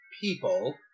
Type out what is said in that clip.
people